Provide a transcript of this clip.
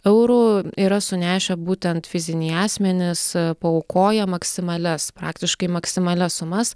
eurų yra sunešę būtent fiziniai asmenys paaukoję maksimalias praktiškai maksimalias sumas